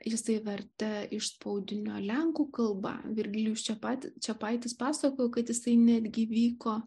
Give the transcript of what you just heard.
jisai vertė iš spausdinio lenkų kalba virgilijus čepat čepaitis pasakojo kad jisai netgi vyko